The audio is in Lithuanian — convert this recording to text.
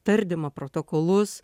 tardymo protokolus